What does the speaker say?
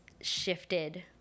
shifted